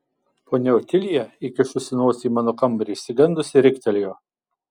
ponia otilija įkišusi nosį į mano kambarį išsigandusi riktelėjo